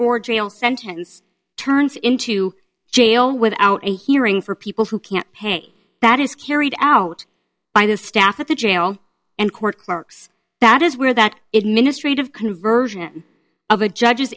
or jail sentence turns into jail without a hearing for people who can't pay that is carried out by the staff at the jail and court clerks that is where that it ministry of conversion of a judge